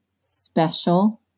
special